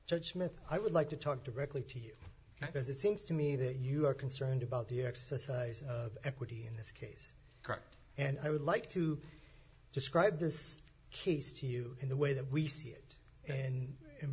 judgment i would like to talk directly to you because it seems to me that you are concerned about the exercise of equity in this case and i would like to describe this case to you in the way that we see it